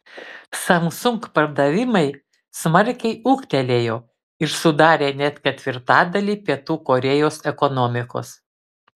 samsung pardavimai smarkiai ūgtelėjo ir sudarė net ketvirtadalį pietų korėjos ekonomikos